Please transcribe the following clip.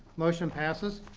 motion passes.